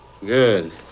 Good